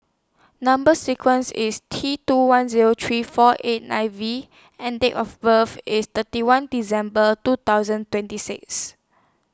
Number sequence IS T two one Zero three four eight nine V and Date of birth IS thirty one December two thousand twenty six